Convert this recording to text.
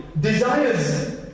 desires